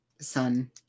Son